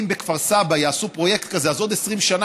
אם בכפר סבא יעשו פרויקט כזה ובעוד 20 שנה